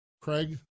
Craig